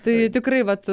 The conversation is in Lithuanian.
tai tikrai vat